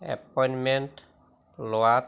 appointment